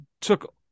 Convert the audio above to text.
took